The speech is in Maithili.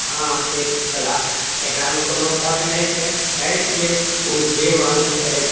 हँ से तऽ छलऽ एकरा मे कोनो शक नहि छै अछि जे देव अंश अछि